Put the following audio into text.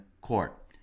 court